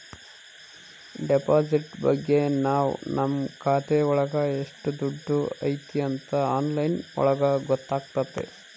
deposit ಬಗ್ಗೆ ನಾವ್ ನಮ್ ಖಾತೆ ಒಳಗ ಎಷ್ಟ್ ದುಡ್ಡು ಐತಿ ಅಂತ ಆನ್ಲೈನ್ ಒಳಗ ಗೊತ್ತಾತತೆ